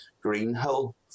Greenhill